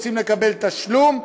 רוצים לקבל תשלום,